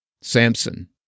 Samson